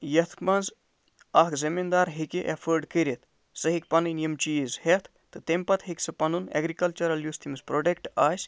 یَتھ منٛز اَکھ زٔمیٖندار ہیٚکہِ ایٚفٲرڈ کٔرِتھ سُہ ہیٚکہِ پَنٕنۍ یِم چیٖز ہیٚتھ تہٕ تَمہِ پَتہٕ ہیٚکہِ سُہ پَنُن ایٚگرِکَلچَرَل یُس تٔمِس پرٛوڈَکٹہٕ آسہِ